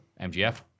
MGF